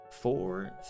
four